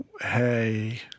hey